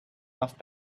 off